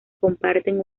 comparten